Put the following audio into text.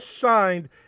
signed